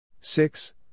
Six